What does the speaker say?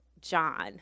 John